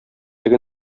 теге